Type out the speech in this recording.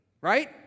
Right